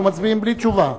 אנחנו מצביעים בלי תשובה.